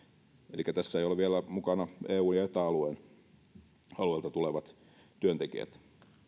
elikkä tässä eivät ole vielä mukana eu ja eta alueelta tulevat työntekijät